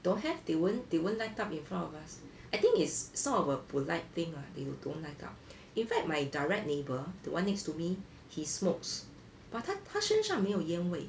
don't have they won't they won't light up in front of us I think it's sort of a polite thing [what] they will don't light up in fact my direct neighbour the one next to me he smokes but 他他身上没有烟味